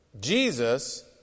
Jesus